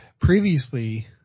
previously